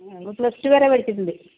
അവൾ plus two വരെ പഠിച്ചിട്ടുണ്ട്